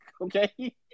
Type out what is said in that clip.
Okay